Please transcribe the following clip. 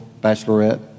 Bachelorette